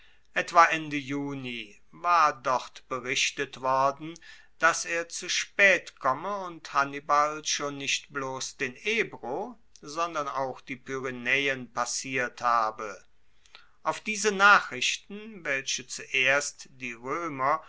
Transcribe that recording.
war dort berichtet worden dass er zu spaet komme und hannibal schon nicht bloss den ebro sondern auch die pyrenaeen passiert habe auf diese nachrichten welche zuerst die roemer